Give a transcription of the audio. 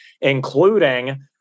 including